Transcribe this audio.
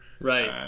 Right